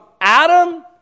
Adam